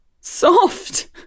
soft